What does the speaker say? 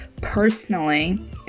personally